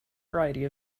variety